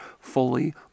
fully